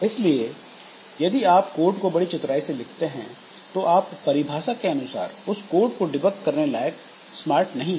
इसलिए यदि आप कोड को बड़ी चतुराई से लिखते हैं तो आप परिभाषा के अनुसार उस कोड को डिबग करने लायक स्मार्ट नहीं है